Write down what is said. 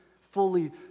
fully